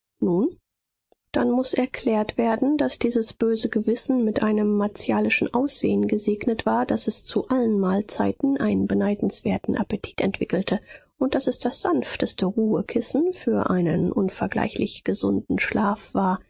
nun dann muß erklärt werden daß dieses böse gewissen mit einem martialischen aussehen gesegnet war daß es zu allen mahlzeiten einen beneidenswerten appetit entwickelte und daß es das sanfteste ruhekissen für einen unvergleichlich gesunden schlaf war